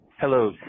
Hello